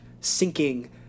sinking